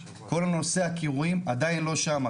כל נושא הכירויים עדיין לא שם.